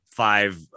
Five